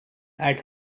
had